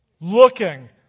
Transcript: looking